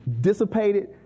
dissipated